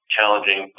Challenging